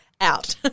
out